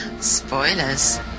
spoilers